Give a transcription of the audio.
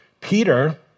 Peter